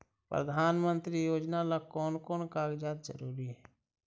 प्रधानमंत्री योजना ला कोन कोन कागजात जरूरी है?